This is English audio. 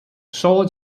solid